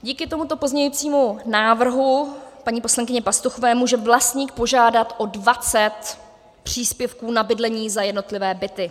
Díky tomuto pozměňovacímu návrhu paní poslankyně Pastuchové může vlastník požádat o 20 příspěvků na bydlení za jednotlivé byty.